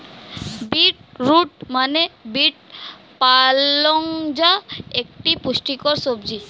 beet root মানে বীট পালং যা একটি পুষ্টিকর সবজি